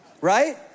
right